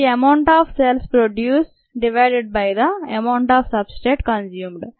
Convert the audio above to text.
the amount of cells produce divided by the amount of substrate consumed